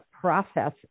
process